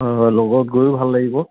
হয় হয় লগত গৈয়ো ভাল লাগিব